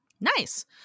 Nice